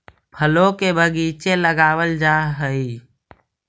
फलों के बगीचे लगावल जा हई